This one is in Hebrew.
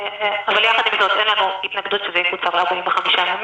אבל יחד עם זאת אין לנו התנגדות שזה יקוצר ל-45 ימים.